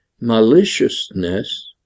maliciousness